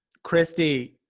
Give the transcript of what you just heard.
kristy,